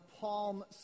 Palm